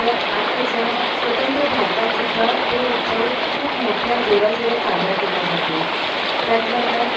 तर आत्ताच्या स्वतंत्र भारतातसुद्धा तो उत्सव खूप मोठ्या जोराशोरात साजरा केला जातो त्यातल्या त्यात